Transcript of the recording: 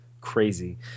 crazy